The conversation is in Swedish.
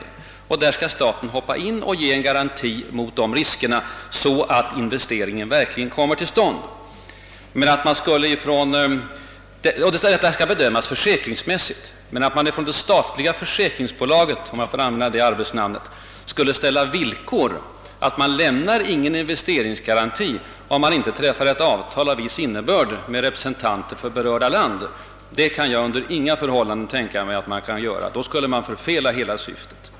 Där skall staten träda till och ge garantier, så att investeringen verkligen komrnåer till stånd. Och bedömningen skall vara försäkringsmässigt motiverad. Att det statliga försäkringsbolaget — om jag får använda det arbetsnamnet — skulle ställa det villkoret att man inte lämnar några investeringsgarantier om det inte träffas avtal av viss innebörd med representanter för berörda land, kan jag.inte under några förhållanden tänka mig; då skulle man förfela hela syftet.